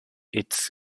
its